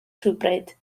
rhywbryd